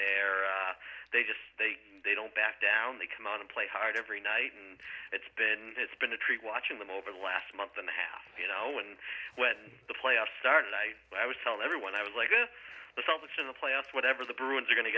they're they just they they don't back down they come out and play hard every night and it's been it's been a treat watching them over the last month and a half you know and when the playoffs started i was telling everyone i was like good assumption the playoffs whatever the bruins are going to